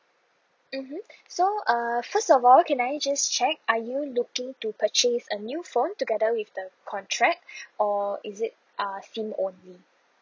mmhmm so err first of all can I just check are you looking to purchase a new phone together with the contract or is it uh SIM only